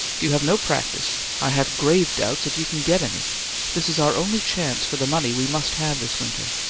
you have no practice i have grave doubts if you can get any this is our only chance for the money we must have this winter.